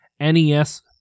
NES